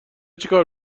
چیکار